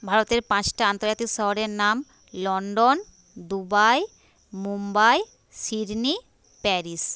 ভারতের পাঁচটা আন্তর্জাতিক শহরের নাম London Dubai Mumbai Sydney Paris